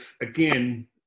again